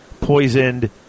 poisoned